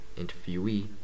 interviewee